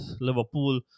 Liverpool